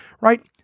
right